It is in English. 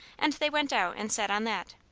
and they went out and sat on that.